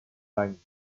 bany